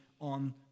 on